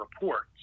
reports